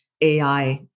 AI